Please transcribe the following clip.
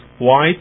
white